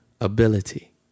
ability